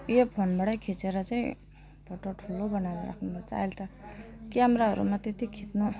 यो फोनबाट खिचेर चाहिँ फोटो ठुलो बनाएर राख्नु पर्छ अहिले त क्यामराहरूमा त्यति खिच्नु